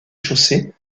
chaussées